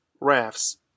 rafts